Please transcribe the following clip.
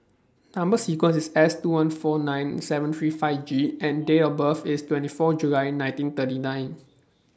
Number sequence IS S two one four nine seven three five G and Date of birth IS twenty four July nineteen thirty nine